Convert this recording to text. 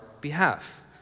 behalf